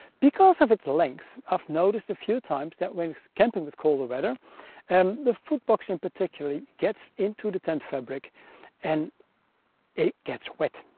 because of its length i've noticed a few times that when camping with colder weather and the foot box in particularly gets into the tent fabric and it gets wet.